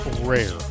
rare